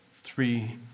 three